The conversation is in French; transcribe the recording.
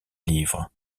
livres